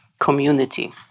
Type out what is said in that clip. community